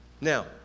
now